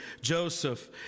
Joseph